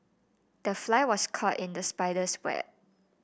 the fly was caught in the spider's web